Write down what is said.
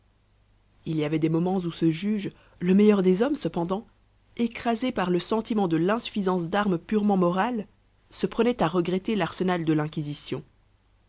il y avait des moments où ce juge le meilleur des hommes cependant écrasé par le sentiment de l'insuffisance d'armes purement morales se prenait à regretter l'arsenal de l'inquisition